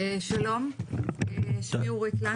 את